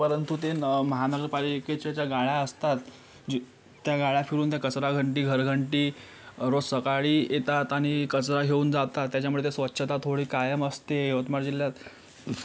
परंतु ते न महानगरपालिकेच्या ज्या गाड्या असतात जे त्या गाड्या फिरून त्या कचरा घंटी घर घंटी रोज सकाळी येतात आणि कचरा घेऊन जातात त्याच्यामुळे ते स्वच्छता थोडी कायम असते यवतमाळ जिल्ह्यात